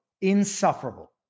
insufferable